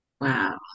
Wow